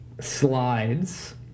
slides